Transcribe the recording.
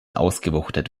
ausgewuchtet